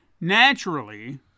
Naturally